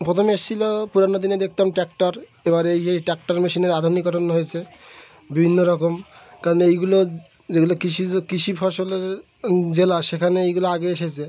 প্রথমে এসছিলো পুরানো দিনে দেখতাম ট্র্যাক্টর এবার এই ট্র্যাক্টর মেশিনের আধুনিকরণ হয়েছে বিভিন্ন রকম কারণ এইগুলো যেগুলো কৃষি কৃষি ফসলের জেলা সেখানে এইগুলো আগে এসেছে